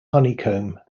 honeycomb